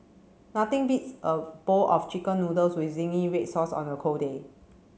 nothing beats a bowl of chicken noodles with zingy red sauce on a cold day